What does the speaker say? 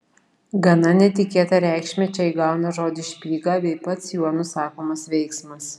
gana netikėtą reikšmę čia įgauna žodis špyga bei pats juo nusakomas veiksmas